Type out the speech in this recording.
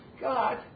God